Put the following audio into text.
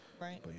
Right